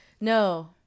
No